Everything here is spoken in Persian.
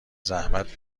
زحمت